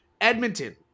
Edmonton